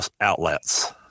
outlets